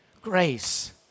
grace